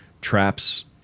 traps